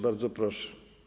Bardzo proszę.